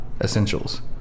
essentials